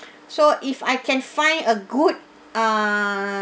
so if I can find a good ah